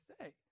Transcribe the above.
say